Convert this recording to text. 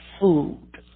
food